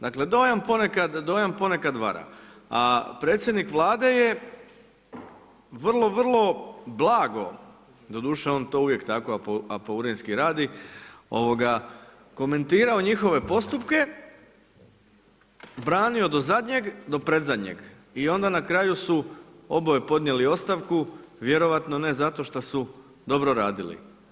Dakle, dojam ponekad vara a predsjednik Vlade je vrlo, vrlo blago, doduše, on to uvijek tako apaurinski radi, komentirao njihove postupke, branio do predzadnjeg i onda na kraju su oboje podnijeli ostavku, vjerojatno ne zato šta su dobro radili.